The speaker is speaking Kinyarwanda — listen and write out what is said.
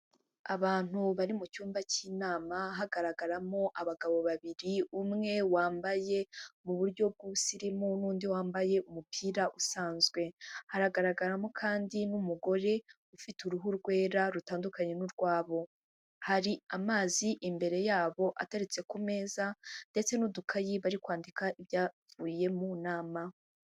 Abantu bari mu cyumba cy'inama hagaragaramo abagabo babiri, umwe wambaye mu buryo bw'ubusirimu n'undi wambaye umupira usanzwe; haragaragaramo kandi n'umugore ufite uruhu rwera rutandukanye n'urwabo; hari amazi imbere yabo ateretse ku meza ndetse n'udukayi bari kwandika ibyavuye mu nama.